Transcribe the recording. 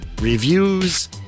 reviews